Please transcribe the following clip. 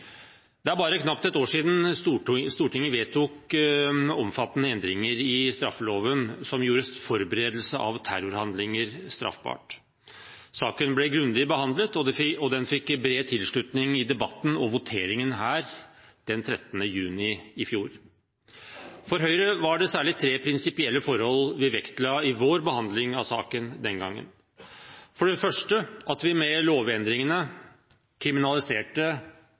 Det er bare knapt et år siden Stortinget vedtok omfattende endringer i straffeloven som gjorde forberedelser av terrorhandlinger straffbart. Saken ble grundig behandlet, og den fikk bred tilslutning i debatten og voteringen 13. juni i fjor. For Høyre var det særlig tre prinsipielle forhold vi vektla i vår behandling av saken den gangen: For det første at vi med lovendringene kriminaliserte